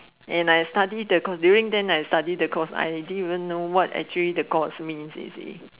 and I study the course during than I study the course I didn't even know what actually the course means you see